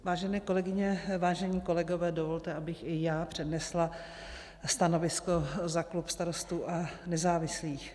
Vážené kolegyně, vážení kolegové, dovolte, abych i já přednesla stanovisko za klub Starostů a nezávislých.